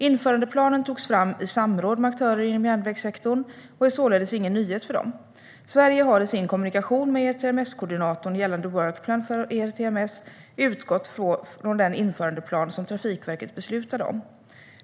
Införandeplanen togs fram i samråd med aktörer inom järnvägssektorn och är således ingen nyhet för dem. Sverige har i sin kommunikation med ERTMS-koordinatorn gällande Work Plan for ERTMS utgått från den införandeplan som Trafikverket beslutade om.